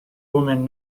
woman